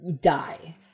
die